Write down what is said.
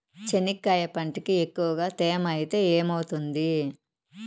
చెనక్కాయ పంటకి ఎక్కువగా తేమ ఐతే ఏమవుతుంది?